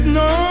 no